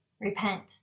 repent